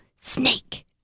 snake